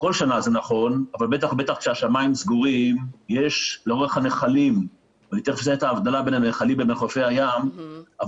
באותם שטחים שהם לאורך הנחלים, אבל